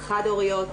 חד הוריות,